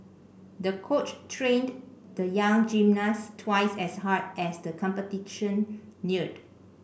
the coach trained the young gymnast twice as hard as the competition neared